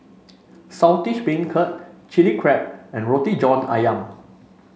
Saltish Beancurd Chili Crab and Roti John ayam